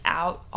out